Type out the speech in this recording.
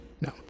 No